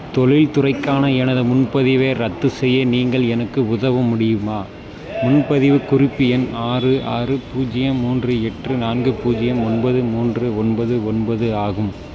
தொழில் துறைக்கான எனது முன்பதிவை ரத்து செய்ய நீங்கள் எனக்கு உதவ முடியுமா முன்பதிவுக் குறிப்பு எண் ஆறு ஆறு பூஜ்ஜியம் மூன்று எண்ரு நான்கு பூஜ்ஜியம் ஒன்பது மூன்று ஒன்பது ஒன்பது ஆகும்